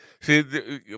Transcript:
See